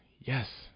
Yes